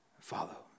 follow